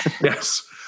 yes